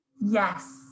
yes